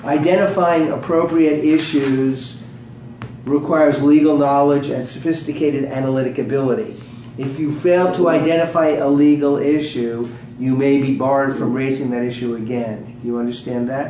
identifying appropriate if you use requires legal knowledge and sophisticated analytic ability if you fail to identify a legal issue you may be barred from raising their issue again you understand that